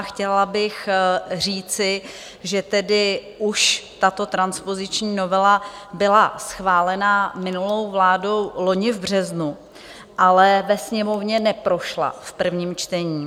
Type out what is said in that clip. Chtěla bych říci, že tedy už tato transpoziční novela byla schválena minulou vládou loni v březnu, ale ve Sněmovně neprošla v prvním čtení.